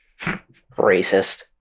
Racist